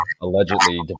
allegedly